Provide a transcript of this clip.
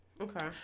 Okay